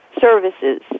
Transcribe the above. services